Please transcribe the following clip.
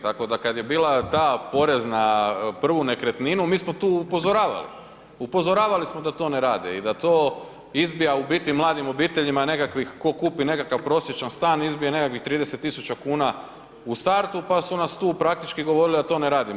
Tako da kad je bila ta, porez na prvu nekretninu mi smo tu upozoravali, upozoravali smo da to ne rade i da to izbija u biti mladim obiteljima nekakvih, tko kupi nekakav prosječan stan, izbije nekakvih 30 tisuća kuna u startu pa su nas tu praktički govorili da to ne radimo.